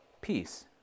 peace